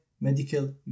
medical